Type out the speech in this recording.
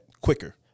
quicker